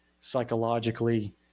psychologically